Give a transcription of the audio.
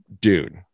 dude